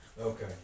Okay